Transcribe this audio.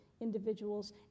individuals